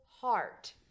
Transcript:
heart